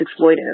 exploitive